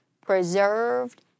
preserved